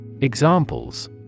Examples